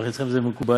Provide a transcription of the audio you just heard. בטח אצלכם זה מקובל,